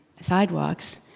sidewalks